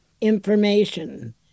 information